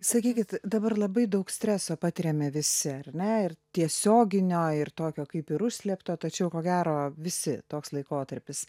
sakykit dabar labai daug streso patiriame visi ar ne ir tiesioginio ir tokio kaip ir užslėpto tačiau ko gero visi toks laikotarpis